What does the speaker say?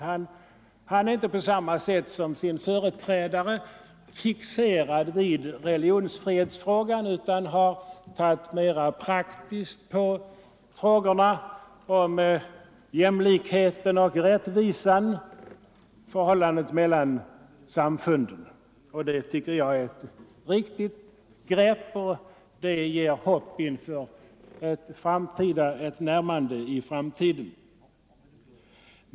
Han är inte på samma sätt som sin företrädare fixerad vid religionsfrihetsfrågan utan har i stället tagit upp den praktiska jämlikhetsoch rättvisefrågan i förhållandet mellan samfunden. Det tycker jag är ett riktigt grepp, som ger hopp inför ett närmande i framtiden.